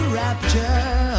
rapture